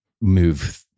move